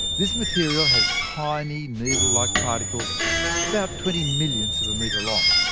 this material has tiny needle-like particles about twenty millionths of a metre long.